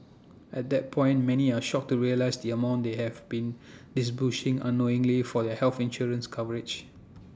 at that point many are shocked to realise the amount they have been disbursing unknowingly for their health insurance coverage